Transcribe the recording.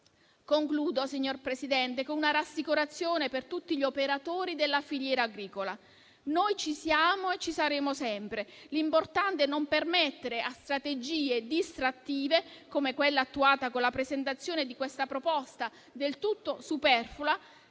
Concludo, signor Presidente, con una rassicurazione per tutti gli operatori della filiera agricola. Noi ci siamo e ci saremo sempre. L'importante è non permettere a strategie distrattive, come quella attuata con la presentazione di questa proposta del tutto superflua,